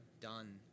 done